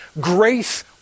grace